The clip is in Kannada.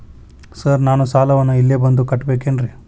ಸರ್ ನಾನು ಸಾಲವನ್ನು ಇಲ್ಲೇ ಬಂದು ಕಟ್ಟಬೇಕೇನ್ರಿ?